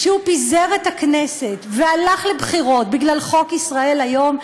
שהוא פיזר את הכנסת והלך לבחירות בגלל חוק "ישראל היום",